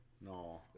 No